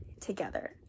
together